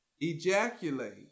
ejaculate